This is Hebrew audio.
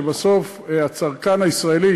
שהצרכן הישראלי,